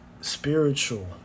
spiritual